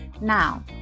Now